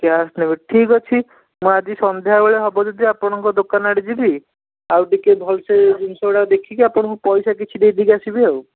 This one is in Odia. କ୍ୟାସ୍ ନେବେ ଠିକ୍ ଅଛି ମୁଁ ଆଜି ସନ୍ଧ୍ୟାବେଳେ ହେବ ଯଦି ଆପଣଙ୍କ ଦୋକାନ ଆଡ଼େ ଯିବି ଆଉ ଟିକେ ଭଲସେ ଜିନିଷ ଗୁଡ଼ାକ ଦେଖିକି ଆପଣଙ୍କୁ ପଇସା କିଛି ଦେଇଦେଇକି ଆସିବି ଆଉ